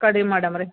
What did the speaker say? ಕಡಿಮೆ ಮಾಡಮ್ ರೀ